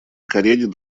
каренин